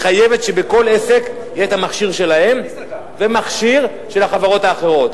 מחייבת שבכל עסק יהיה המכשיר שלה ומכשיר של החברות האחרות.